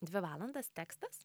dvi valandas tekstas